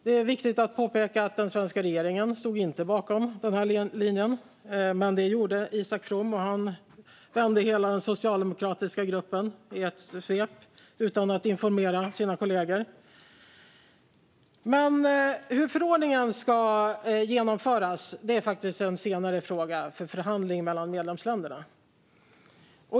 Det är viktigt att påpeka att den svenska regeringen inte stod bakom den linjen, men det gjorde Isak From, och han vände hela den socialdemokratiska gruppen i ett svep utan att informera sina kollegor. Men hur förordningen ska genomföras är faktiskt en senare fråga för förhandling mellan medlemsländerna.